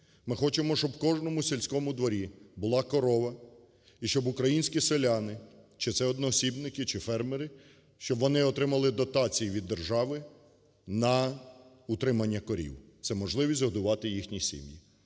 Ми хочемо, щоб в кожному сільському дворі була корова і щоб українські селяни, чи це одноосібники, чи фермери, щоб вони отримали дотації від держави на утримання корів, це можливість годувати їхні сім'ї.